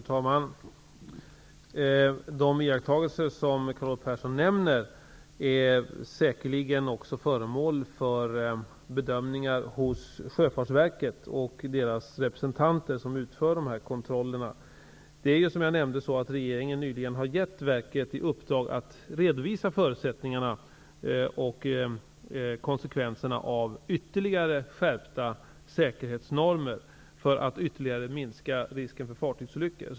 Herr talman! De iakttagelser som Carl Olov Persson nämner är säkerligen också föremål för bedömningar hos Sjöfartsverket och dess representanter som utför de här kontrollerna. Det är, som jag nämnde, så att regeringen nyligen har gett verket i uppdrag att redovisa förutsättningarna för och konsekvenserna av än mera skärpta säkerhetsnormer för att ytterligare minska risken för fartygsolyckor.